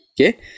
Okay